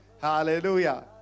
Hallelujah